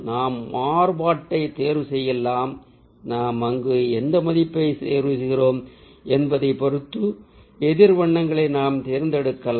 நாம் மாறுபாட்டைத் தேர்வு செய்யலாம் நாம் அங்கு எந்த மதிப்பை தேர்வு செய்கிறோம் என்பதை பொறுத்து எதிர் வண்ணங்களை நாம் தேர்ந்தெடுக்கலாம்